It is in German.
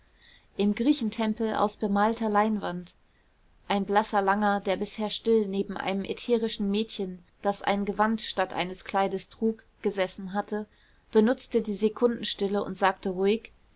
im griechentempel aus bemalter leinwand ein blasser langer der bisher still neben einem ätherischen mädchen das ein gewand statt eines kleides trug gesessen hatte benutzte die sekundenstille und sagte ruhig